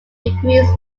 decrease